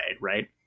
right